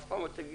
אף פעם אל תגידי